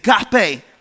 agape